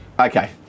Okay